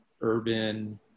urban